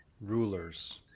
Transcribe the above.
Rulers